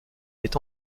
est